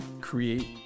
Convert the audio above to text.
create